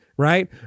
Right